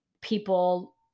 people